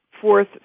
fourth